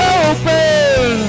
open